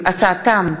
בהצעתם